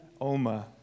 Oma